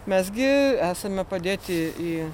mes gi esame padėti į